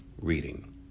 reading